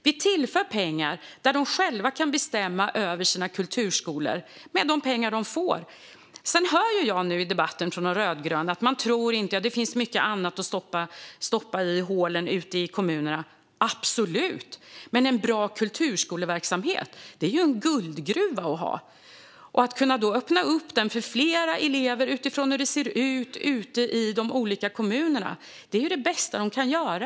Vi tillför pengar, och de själva kan bestämma över sina kulturskolor och de pengar de får. Sedan hör jag nu från de rödgröna i debatten att det finns många andra hål att stoppa pengar i ute i kommunerna. Absolut, men en bra kulturskoleverksamhet är en guldgruva. Att öppna den för fler elever utifrån hur det ser ut ute i kommunerna är det bästa man kan göra.